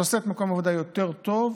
זה עושה את מקום עבודה יותר טוב,